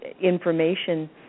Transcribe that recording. information